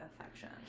affection